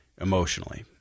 Emotionally